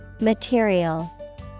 Material